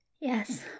Yes